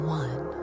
one